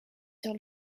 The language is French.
sur